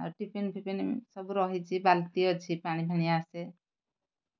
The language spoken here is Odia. ଆଉ ଟିଫିନ୍ଫିଫିନ୍ ସବୁ ରହିଛି ବାଲ୍ଟି ଅଛି ପାଣିଫାଣି ଆସେ